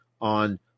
on